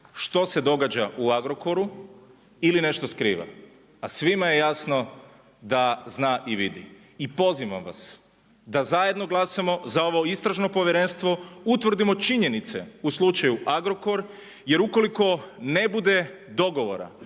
što se događa u Agrokoru ili nešto skriva, a svima je jasno da zna i vidi. I pozivam vas da zajedno glasamo za ovo istražno povjerenstvo, utvrdimo činjenice u slučaju Agrokor jer ukoliko ne bude dogovora